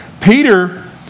Peter